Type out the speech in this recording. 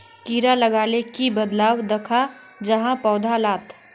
कीड़ा लगाले की बदलाव दखा जहा पौधा लात?